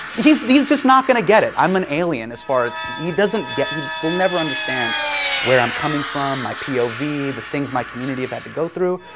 he's he's just not going to get it. i'm an alien as far as. he doesn't get. he will never understand where i'm coming from, my pov, ah the the things my community have had to go through.